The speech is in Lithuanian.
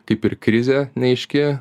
kaip ir krizė neaiški